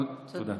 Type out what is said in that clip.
תודה.